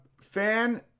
fan